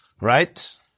right